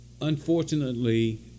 unfortunately